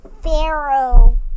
Pharaoh